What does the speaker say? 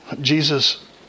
Jesus